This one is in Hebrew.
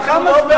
לכמה זמן?